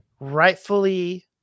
rightfully